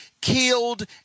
killed